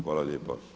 Hvala lijepa.